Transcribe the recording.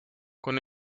con